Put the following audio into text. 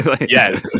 yes